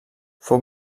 fou